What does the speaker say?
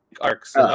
arcs